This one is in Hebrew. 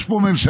יש פה ממשלה,